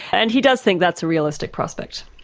and he does think that's a realistic prospect.